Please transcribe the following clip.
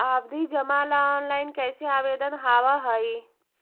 आवधि जमा ला ऑनलाइन कैसे आवेदन हावअ हई